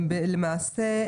למעשה,